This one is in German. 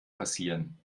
passieren